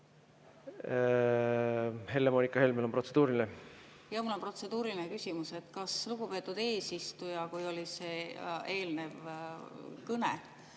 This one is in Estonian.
Helle-Moonika Helmel on protseduuriline. Jaa, mul on protseduuriline küsimus. Kas lugupeetud eesistuja oleks, kui oli see eelnev kõne